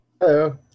Hello